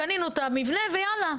קנינו את המבנים ויאללה,